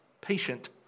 Patient